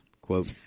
quote